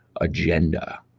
agenda